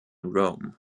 rome